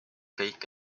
kõik